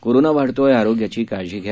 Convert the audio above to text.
corona वाढतोय आरोग्याची काळजी घ्या